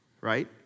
right